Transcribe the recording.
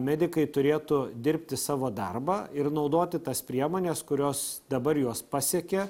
medikai turėtų dirbti savo darbą ir naudoti tas priemones kurios dabar juos pasiekė